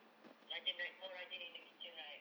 rajin like more rajin in the kitchen right